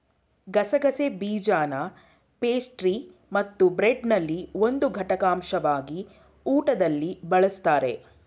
ಗಸಗಸೆ ಬೀಜನಪೇಸ್ಟ್ರಿಮತ್ತುಬ್ರೆಡ್ನಲ್ಲಿ ಒಂದು ಘಟಕಾಂಶವಾಗಿ ಊಟದಲ್ಲಿ ಬಳಸ್ತಾರೆ